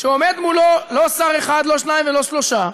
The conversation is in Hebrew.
שעומד מולו לא שר אחד, לא שניים ולא שלושה,